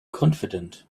confident